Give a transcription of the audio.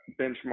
benchmark